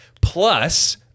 Plus